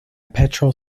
petrol